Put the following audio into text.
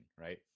right